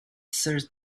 searched